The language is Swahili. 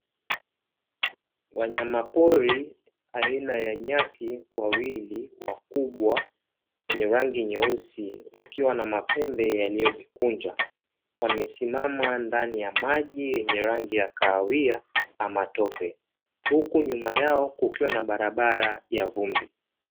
Wanyama pori aina ya nyati wawili wakubwa wenye rangi nyeusi wakiwa na mapembe yaliyojikunja, wamesimama ndani ya maji yenye rangi ya kahawia ama matope, huku nyuma yao kukiwa na barabara ya vumbi.